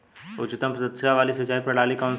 उच्चतम दक्षता वाली सिंचाई प्रणाली कौन सी है?